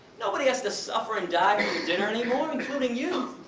nobody has to suffer and die for your dinner anymore, including you!